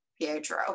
Pietro